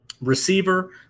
receiver